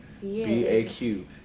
B-A-Q